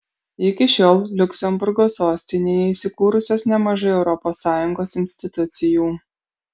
iki šiol liuksemburgo sostinėje įsikūrusios nemažai europos sąjungos institucijų